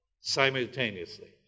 simultaneously